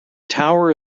tower